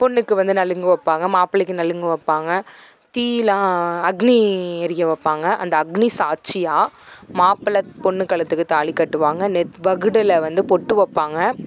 பொண்ணுக்கு வந்து நலங்கு வைப்பாங்க மாப்பிள்ளைக்கு நலங்கு வைப்பாங்க தீ எல்லாம் அக்னி எரிய வைப்பாங்க அந்த அக்னி சாட்சியாக மாப்பிளை பொண்ணு கழுத்துக்கு தாலி கட்டுவாங்க நெத்தி வகுடில் வந்து பொட்டு வைப்பாங்க